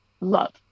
love